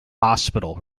hospital